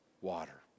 Water